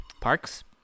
parks